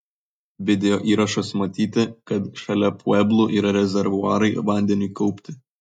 videoįrašuose matyti kad šalia pueblų yra rezervuarai vandeniui kaupti